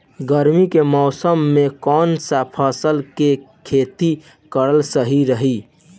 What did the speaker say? गर्मी के मौषम मे कौन सा फसल के खेती करल सही रही?